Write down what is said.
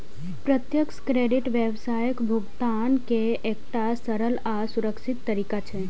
प्रत्यक्ष क्रेडिट व्यावसायिक भुगतान के एकटा सरल आ सुरक्षित तरीका छियै